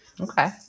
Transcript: Okay